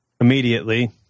immediately